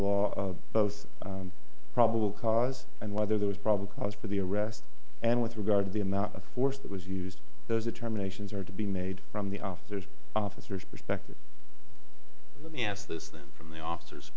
law both probable cause and whether there was probable cause for the arrest and with regard to the amount of force that was used those determinations are to be made from the officers officers perspective let me ask this then from the officers